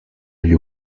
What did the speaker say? agli